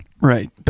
right